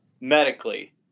medically